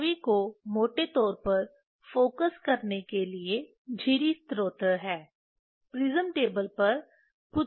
छवि को मोटे तौर पर फोकस करने के लिए झिरी स्रोत है प्रिज्म टेबल पर कुछ भी नहीं है